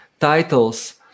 titles